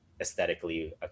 aesthetically